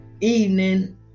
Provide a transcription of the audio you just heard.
evening